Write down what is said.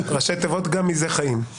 ראשי תיבות גם מזה חיים.